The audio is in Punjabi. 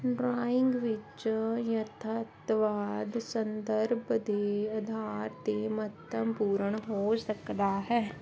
ਡਰਾਇੰਗ ਵਿੱਚ ਯਥਾਰਥਵਾਦ ਸੰਦਰਭ ਦੇ ਆਧਾਰ 'ਤੇ ਮਹੱਤਵਪੂਰਨ ਹੋ ਸਕਦਾ ਹੈ